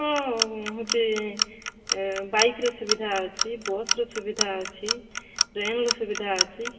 ହଁ ହେଉଛି ଏ ବାଇକ୍ ର ସୁବିଧା ଅଛି ବସ୍ ର ସୁବିଧା ଅଛି ଟ୍ରେନ୍ ର ସୁବିଧା ଅଛି